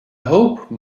hope